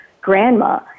grandma